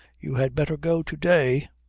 you had better go to-day.